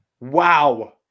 Wow